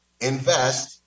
invest